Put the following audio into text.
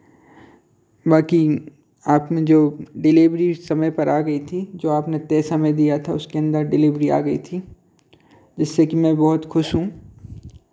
बाँकी आपने जो डिलेवरी समय पर आ गई थीं जो आपने तय समय दिया था उसके अंदर डिलेवरी आ गई थी जिससे कि मैं बहुत खुश हूँ